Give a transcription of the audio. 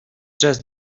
just